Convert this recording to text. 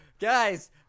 Guys